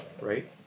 right